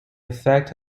effect